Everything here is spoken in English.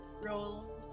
roll